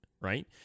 right